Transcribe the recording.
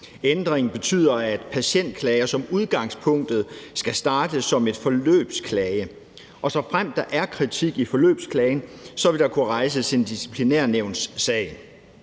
Ændringen betyder, at patientklager som udgangspunkt skal startes som en forløbsklage, og såfremt der er kritik i forløbsklagen, vil der kunne rejses en disciplinærnævnssag.